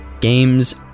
games